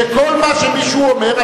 שכל מה שמישהו אומר,